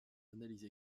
analyse